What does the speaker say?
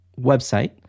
website